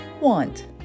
want